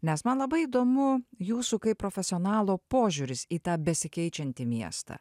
nes man labai įdomu jūsų kaip profesionalo požiūris į tą besikeičiantį miestą